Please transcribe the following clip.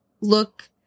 look